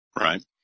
Right